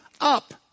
up